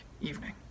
evening